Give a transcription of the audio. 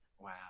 Wow